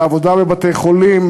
בעבודה בבתי-חולים,